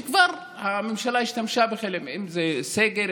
שכבר הממשלה השתמשה בחלק מהם: אם זה סגר,